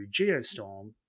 Geostorm